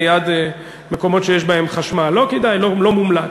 ליד מקומות שיש בהם חשמל, לא כדאי, לא מומלץ.